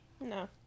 no